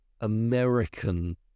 american